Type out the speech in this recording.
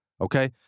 okay